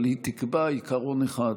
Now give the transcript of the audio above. אבל היא תקבע עיקרון אחד,